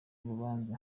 urubanza